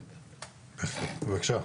בבקשה.